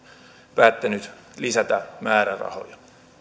päättänyt lisätä määrärahoja